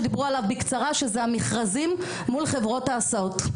או שדיברו עליו בקצרה שזה המכרזים מול חברות ההסעות.